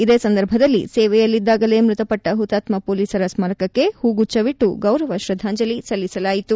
ಇದೇ ಸಂದರ್ಭದಲ್ಲಿ ಸೇವೆಯಲ್ಲಿದ್ದಾಗಲೇ ಮೃತಪಟ್ಟ ಹುತಾತ್ಮ ಪೊಲೀಸರ ಸ್ಪಾರಕಕ್ಕೆ ಹೂಗುಚ್ದವಿಟ್ಟು ಗೌರವ ಶ್ರದ್ದಾಂಜಲಿ ಸಲ್ಲಿಸಲಾಯಿತು